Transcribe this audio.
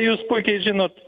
jūs puikiai žinot